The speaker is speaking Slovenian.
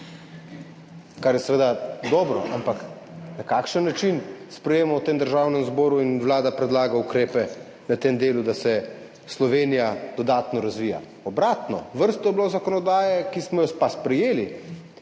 Kar je seveda dobro, ampak na kakšen način sprejemamo v Državnem zboru in Vlada predlaga ukrepe na tem delu, da se Slovenija dodatno razvija? Obratno, bila je vrsta zakonodaje, ki smo jo pa sprejeli,